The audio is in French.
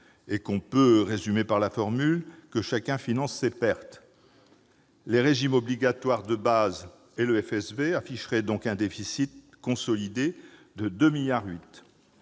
et que l'on peut résumer par la formule :« que chacun finance ses pertes »! Les régimes obligatoires de base et le FSV afficheraient un déficit consolidé de 2,8 milliards